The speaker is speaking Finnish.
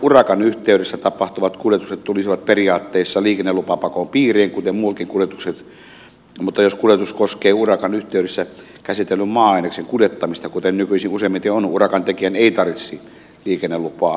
maanrakennusurakan yhteydessä tapahtuvat kuljetukset tulisivat periaatteessa liikennelupapakon piiriin kuten muutkin kuljetukset mutta jos kuljetus koskee urakan yhteydessä käsitellyn maa aineksen kuljettamista kuten nykyisin useimmiten on urakan tekijä ei tarvitsisi liikennelupaa